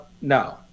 no